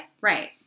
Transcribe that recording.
Right